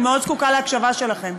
אני מאוד זקוקה להקשבה שלכם.